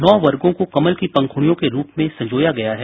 नौ वर्गों को कमल की पंखुड़ियों के रूप में संजोया गया है